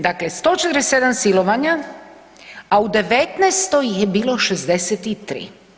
Dakle, 147 silovanja, a u '19. ih je bilo 63.